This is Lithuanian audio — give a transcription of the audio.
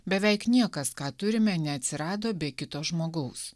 beveik niekas ką turime neatsirado be kito žmogaus